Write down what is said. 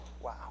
wow